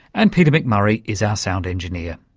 and peter mcmurray is our sound engineer.